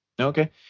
Okay